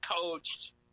coached